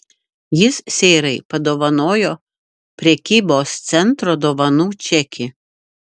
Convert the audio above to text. jis seirai padovanojo prekybos centro dovanų čekį